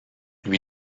lui